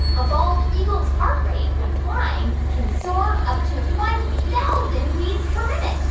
a bald eagle's heart rate when flying can soar up to one thousand beats per minute?